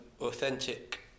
authentic